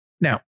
Now